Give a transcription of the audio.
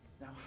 Now